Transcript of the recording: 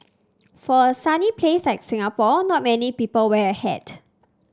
for a sunny place like Singapore not many people wear a hat